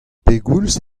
pegoulz